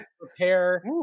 prepare